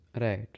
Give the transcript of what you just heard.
Right